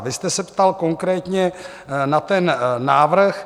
Vy jste se ptal konkrétně na ten návrh.